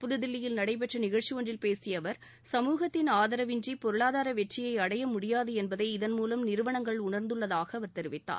புதுதில்லியில் நடைபெற்ற நிகழ்ச்சி ஒன்றில் பேசிய அவர் சமூகத்தின் ஆதரவின்றி பொருளாதார வெற்றியை அடைய முடியாது என்பதை இதன் மூலம் நிறுவனங்கள் உணர்ந்துள்ளதாக அவர் தெரிவித்தார்